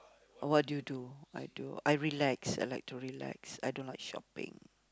what do you do I do I relax I like to relax I do not shopping